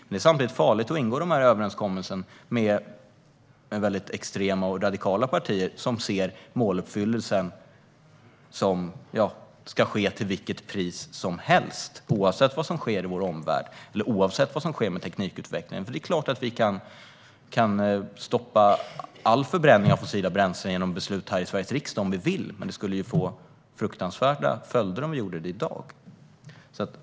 Men det är samtidigt farligt att ingå denna överenskommelse med extrema och radikala partier som ser måluppfyllelsen som något som ska ske till vilket pris som helst, oavsett vad som sker med vår omvärld och oavsett vad som sker med teknikutvecklingen. Det är klart att vi kan stoppa all förbränning av fossila bränslen genom beslut här i Sveriges riksdag om vi vill, men det skulle få fruktansvärda följder om vi gjorde det i dag.